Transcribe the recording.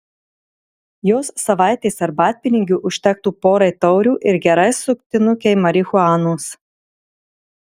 jos savaitės arbatpinigių užtektų porai taurių ir gerai suktinukei marihuanos